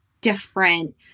different